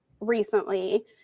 recently